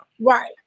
right